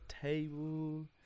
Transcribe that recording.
table